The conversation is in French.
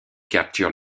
capture